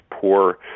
poor